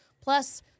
Plus